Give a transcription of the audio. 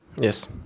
Yes